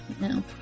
No